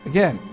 Again